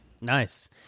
Nice